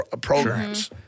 programs